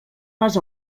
les